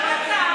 הוא לפחות היה,